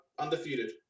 Undefeated